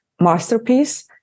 masterpiece